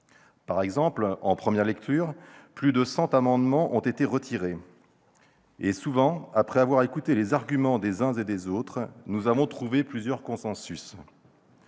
un accord. En première lecture, plus de 100 amendements ont été retirés. Souvent, après avoir écouté les arguments des uns et des autres, nous avons trouvé un consensus.